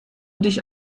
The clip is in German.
dich